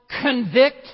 convict